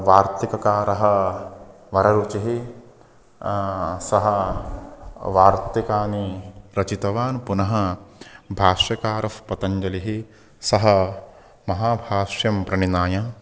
वार्तिककारः वररुचिः सः वार्तिकान् रचितवान् पुनः भाष्यकारःपतञ्जलिः सः महाभाष्यं प्रणिनाय